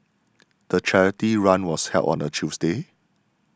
the charity run was held on a Tuesday